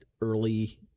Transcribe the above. early